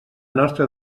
nostra